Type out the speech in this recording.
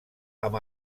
amb